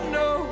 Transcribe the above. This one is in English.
no